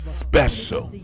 special